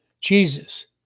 Jesus